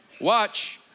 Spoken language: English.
Watch